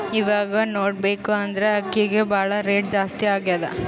ಇವಾಗ್ ನೋಡ್ಬೇಕ್ ಅಂದ್ರ ಅಕ್ಕಿಗ್ ಭಾಳ್ ರೇಟ್ ಜಾಸ್ತಿ ಆಗ್ಯಾದ